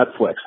Netflix